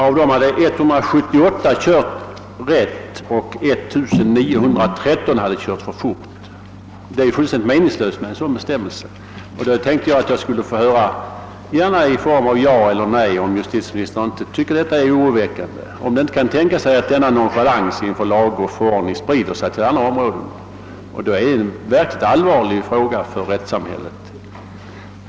Av dem hade 178 kört rätt och 1913 för fort. Det är fullständigt meningslöst med en sådan bestämmelse. Jag tänkte därför att jag skulle få höra — gärna i form av ett ja eller nej — om inte justitieministern tycker att detta är oroväckande, om det inte kan tänkas att denna nonchalans gentemot lag och förordning sprider sig till andra områden. I så fall är det en verkligt allvarlig fråga för rättssamhället.